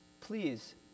Please